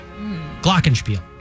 Glockenspiel